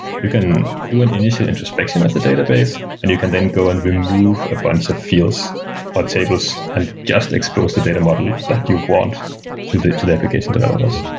you can do an initial introspection at the database and you can then go and remove a bunch of fields or tables and just expose the data model that you want to the to the application developers.